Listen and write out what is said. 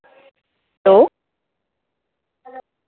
hello